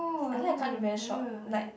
I like to cut until very short like